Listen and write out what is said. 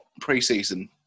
pre-season